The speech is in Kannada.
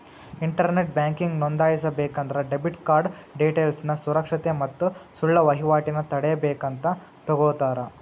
ಇಂಟರ್ನೆಟ್ ಬ್ಯಾಂಕಿಂಗ್ ನೋಂದಾಯಿಸಬೇಕಂದ್ರ ಡೆಬಿಟ್ ಕಾರ್ಡ್ ಡೇಟೇಲ್ಸ್ನ ಸುರಕ್ಷತೆ ಮತ್ತ ಸುಳ್ಳ ವಹಿವಾಟನ ತಡೇಬೇಕಂತ ತೊಗೋತರ